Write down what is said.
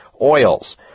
oils